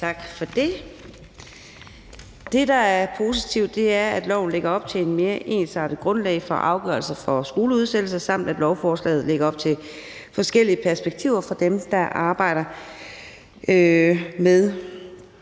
Tak for det. Det, der er positivt, er, at lovforslaget lægger op til et mere ensartet grundlag for afgørelser for skoleudsættelser, samt at lovforslaget lægger op til forskellige perspektiver for dem, der arbejder med